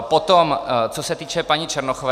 Potom co se týče paní Černochové.